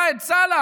ראאד סלאח,